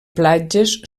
platges